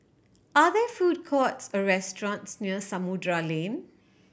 are there food courts or restaurants near Samudera Lane